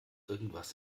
irgendwas